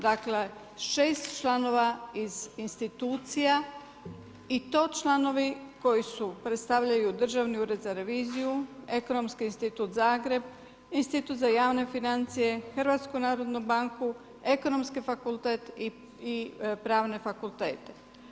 Dakle šest članova iz institucija i to članovi koji predstavljaju Državni ured za reviziju, Ekonomski institut Zagreb, Institut za javne financije, HNB, Ekonomski fakultet i pravne fakultete.